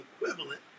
equivalent